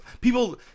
people